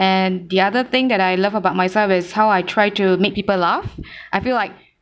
and the other thing that I love about myself is how I try to make people laugh I feel like